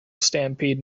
stampede